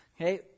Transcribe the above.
Okay